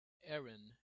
aaron